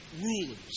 rulers